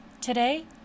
Today